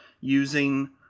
using